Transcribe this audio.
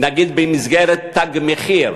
נגיד במסגרת "תג מחיר",